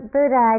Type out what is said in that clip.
Buddha